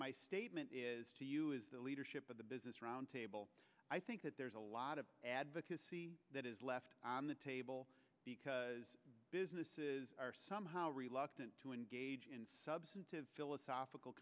statement is to you is the leadership of the busy roundtable i think that there's a lot of advocacy that is left on the table because businesses are somehow reluctant to engage in substantive philosophical